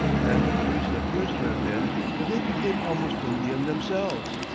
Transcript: and the reason appears to have been that they became almost indian themselves.